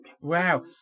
wow